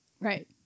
Right